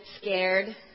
scared